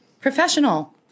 professional